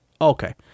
Okay